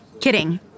kidding